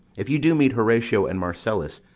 if you do meet horatio and marcellus,